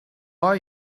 are